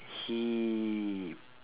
he